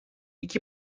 iki